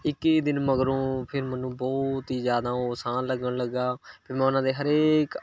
ਇੱਕੀ ਦਿਨ ਮਗਰੋਂ ਫਿਰ ਮੈਨੂੰ ਬਹੁਤ ਹੀ ਜ਼ਿਆਦਾ ਉਹ ਅਸਾਨ ਲੱਗਣ ਲੱਗਾ ਫਿਰ ਮੈਂ ਉਨ੍ਹਾਂ ਦੇ ਹਰੇਕ